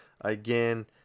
Again